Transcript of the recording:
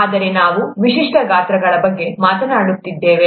ಆದರೆ ನಾವು ವಿಶಿಷ್ಟ ಗಾತ್ರಗಳ ಬಗ್ಗೆ ಮಾತನಾಡುತ್ತಿದ್ದೇವೆ